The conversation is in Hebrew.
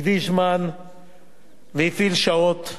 הקדיש זמן והפעיל שעות.